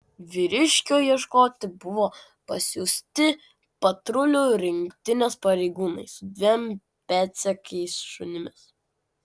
vyriškio ieškoti buvo pasiųsti patrulių rinktinės pareigūnai su dviem pėdsekiais šunimis